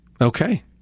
Okay